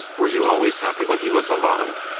were you always happy when he was alive?